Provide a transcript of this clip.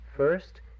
First